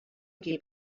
aquí